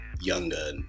younger